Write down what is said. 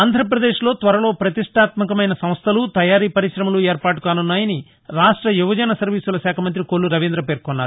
ఆంధ్రపదేశ్ త్వరలో ప్రతిష్టాత్మకమైన సంస్థలు తయారీ పరిశమలు ఏర్పాటు కానున్నాయని రాష్ట యువజన సర్వీసుల శాఖ మంతి కొల్ల రవీంద్ర పేర్కొన్నారు